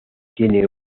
tiene